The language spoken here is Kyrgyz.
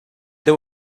деп